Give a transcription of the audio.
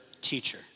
teacher